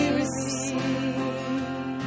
receive